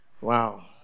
Wow